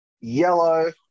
yellow